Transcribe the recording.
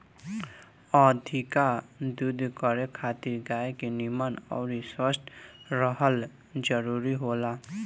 अधिका दूध करे खातिर गाय के निमन अउरी स्वस्थ रहल जरुरी होला